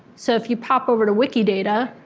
so if you pop over to wikidata,